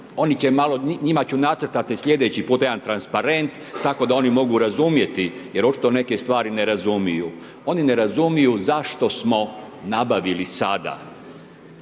hitnu. Njima ću nacrtati sljedeći put jedan transparent tako da oni mogu razumjeti jer očito neke stvari ne razumiju. Oni ne razumiju zašto smo nabavili sada